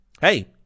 Hey